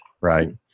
right